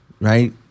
Right